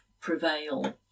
prevail